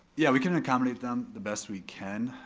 yeah, we can accommodate them the best we can.